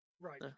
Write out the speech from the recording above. right